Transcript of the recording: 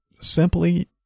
simply